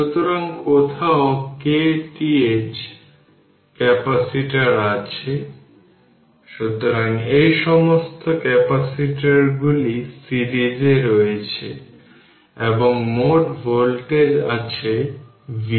সুতরাং নোট করুন যে প্যারালাল ভাবে ক্যাপাসিটরগুলি সিরিজের রেজিস্টর এর মতো একই পদ্ধতিতে একত্রিত হয়